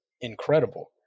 incredible